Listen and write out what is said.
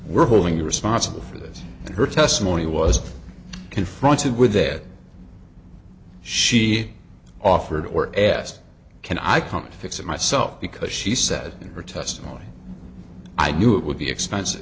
were holding you responsible for this and her testimony was confronted with that she offered or asked can i come and fix it myself because she said in her testimony i knew it would be expensive